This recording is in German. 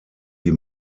die